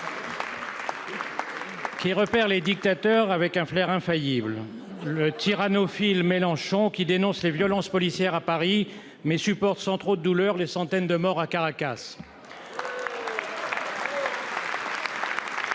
qui repère les dictateurs avec un flair infaillible : le tyranophile Mélenchon, qui dénonce les violences policières à Paris, mais supporte sans trop de douleur les centaines de morts à Caracas